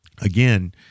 again